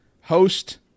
Host